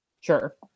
sure